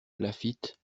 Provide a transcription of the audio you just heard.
laffitte